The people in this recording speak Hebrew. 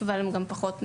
אבל הם פחות מנוסים.